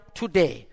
today